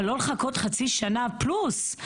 אבל לא לחכות חצי שנה פלוס.